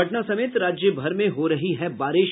पटना समेत राज्यभर में हो रही है बारिश